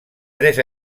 tres